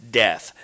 death